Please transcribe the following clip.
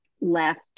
left